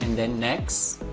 then next.